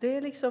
Det